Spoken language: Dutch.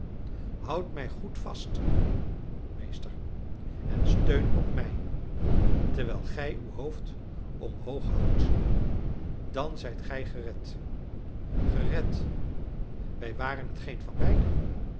houd mij goed vast meester en steun op mij terwijl gij uw hoofd omhoog houdt dan zijt gij gered gered wij waren het geen van beiden